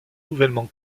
nouvellement